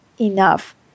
enough